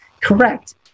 correct